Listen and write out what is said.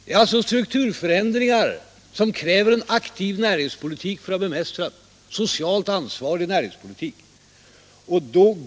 Det gäller alltså strukturförändringar som kräver en aktiv näringspolitik med socialt ansvar för att kunna bemästras.